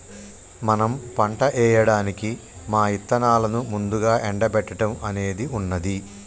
మనం పంట ఏయడానికి మా ఇత్తనాలను ముందుగా ఎండబెట్టడం అనేది ఉన్నది